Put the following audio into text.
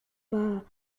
pas